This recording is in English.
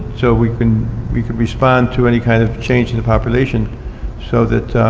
so we can we can respond to any kind of change in the population so that